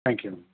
thank you ma'am